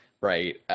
right